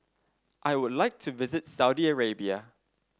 I would like to visit Saudi Arabia